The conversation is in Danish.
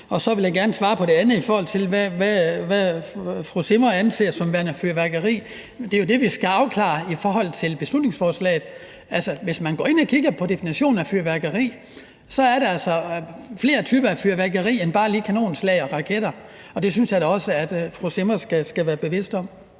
Så vil jeg gerne svare til det andet om, hvad fru Susanne Zimmer anser som værende fyrværkeri: Det er jo det, vi skal afklare i forhold til beslutningsforslaget. Altså, hvis man går ind og kigger på definitionen af fyrværkeri, ser man, at der altså er flere typer fyrværkeri end bare lige kanonslag og raketter, og det synes jeg da også at fru Susanne Zimmer skal være bevidst om.